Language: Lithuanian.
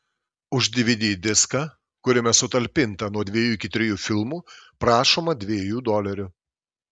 už dvd diską kuriame sutalpinta nuo dviejų iki trijų filmų prašoma dviejų dolerių